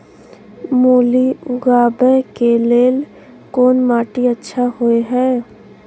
मूली उगाबै के लेल कोन माटी अच्छा होय है?